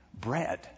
bread